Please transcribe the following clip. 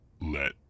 let